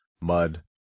mud